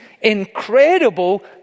incredible